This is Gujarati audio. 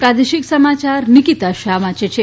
પ્રાદેશિક સમાયાર નિકિતા શાહ વાંચે છે